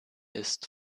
ist